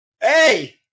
Hey